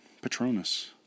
Patronus